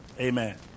Amen